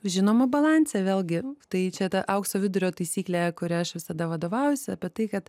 žinoma balanse vėlgi tai čia ta aukso vidurio taisyklė kurią aš visada vadovaujuosi apie tai kad